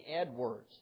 Edwards